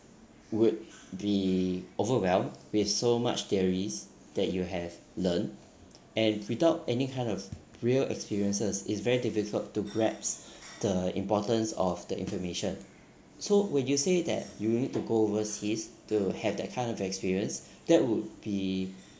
would be overwhelmed with so much theories that you have learnt and without any kind of real experiences is very difficult to grasp the importance of the information so when you say that you would need to go overseas to have that kind of experience that would be